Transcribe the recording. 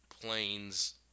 planes